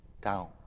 down